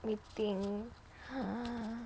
meeting